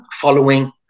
following